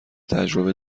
تجربه